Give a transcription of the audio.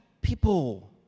people